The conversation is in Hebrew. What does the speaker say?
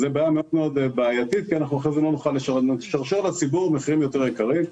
זו בעיה מאוד מאוד בעייתית כי אנחנו נשרשר לציבור מחירים יותר יקרים,